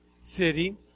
city